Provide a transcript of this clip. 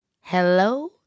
Hello